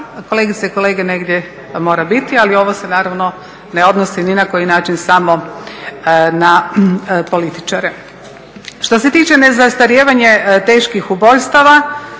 kolegice i kolege negdje mora biti. Ali ovo se naravno ne odnosi ni na koji način samo na političare. Što se tiče nezastarijevanja teških ubojstava,